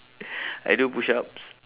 I do push-ups